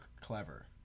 clever